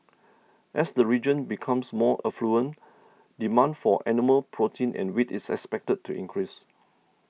as the region becomes more affluent demand for animal protein and wheat is expected to increase